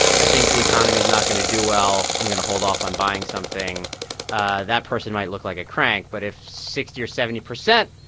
i think the economy is not going to do well i'm going to hold off on buying something ah that person might look like a crank. but if sixty percent or seventy percent.